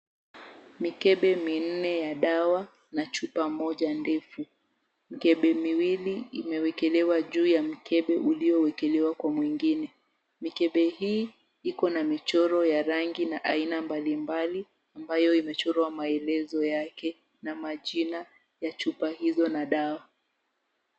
Mikebe minne ya dawa na chupa moja ndefu. Mikebe miwili imewekelewa juu ya mkebe uliowekelewa kwa mwingine. Mikebe hii iko na michoro ya rangi na aina mbali mbali ambayo imechorwa maelezo yake na majina ya chupa hizo na dawa.